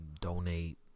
donate